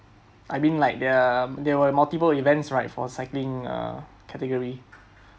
I mean like the there were multiple events right for cycling uh category